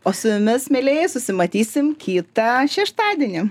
o su jumis mielieji susimatysim kitą šeštadienį